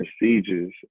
procedures